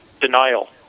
denial